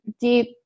deep